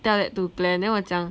tell that to glen then 我讲